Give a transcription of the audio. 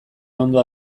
ondo